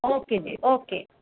okay ji okay